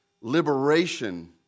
liberation